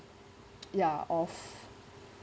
ya of